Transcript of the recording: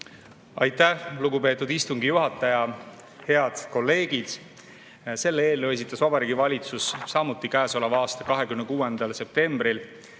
Aitäh, lugupeetud istungi juhataja! Head kolleegid! Selle eelnõu esitas Vabariigi Valitsus samuti käesoleva aasta 26. septembril